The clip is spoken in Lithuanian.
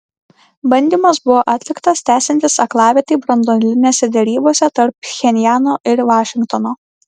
bandymas buvo atliktas tęsiantis aklavietei branduolinėse derybose tarp pchenjano ir vašingtono